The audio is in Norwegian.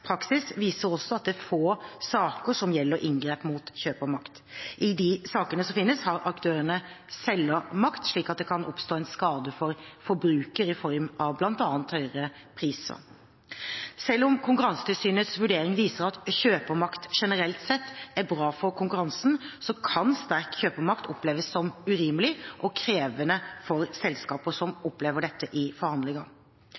viser også at det er få saker som gjelder inngrep mot kjøpermakt. I de sakene som finnes, har aktørene selgermakt, slik at det kan oppstå en skade for forbruker i form av bl.a. høyere priser. Selv om Konkurransetilsynets vurdering viser at kjøpermakt generelt sett er bra for konkurransen, kan sterk kjøpermakt oppleves som urimelig og krevende for selskaper som